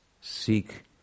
seek